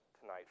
tonight